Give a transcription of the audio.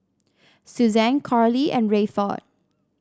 Suzanne Coralie and Rayford